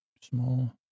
Small